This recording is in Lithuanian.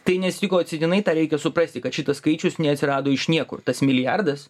tai neatsitiko atsitiktinai tą reikia suprasti kad šitas skaičius neatsirado iš niekur tas milijardas